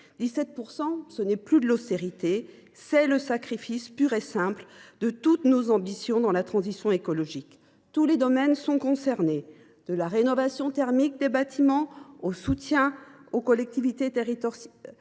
ne relève plus de l’austérité : elle signifie le sacrifice pur et simple de toutes nos ambitions en matière de transition écologique. Tous les domaines sont concernés, de la rénovation thermique des bâtiments au soutien aux collectivités territoriales,